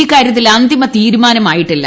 ഇക്കാരൃത്തിൽ അന്തിമ തീരുമാനമായിട്ടില്ല